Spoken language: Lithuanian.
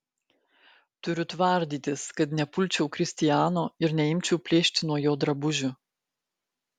turiu tvardytis kad nepulčiau kristiano ir neimčiau plėšti nuo jo drabužių